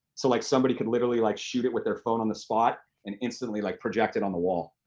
so like somebody can literally like shoot it with their phone on the spot and instantly like project it on the wall,